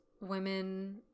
women